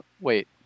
wait